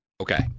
Okay